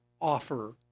offer